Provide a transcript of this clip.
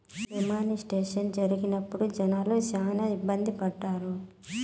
D మానిస్ట్రేషన్ జరిగినప్పుడు జనాలు శ్యానా ఇబ్బంది పడ్డారు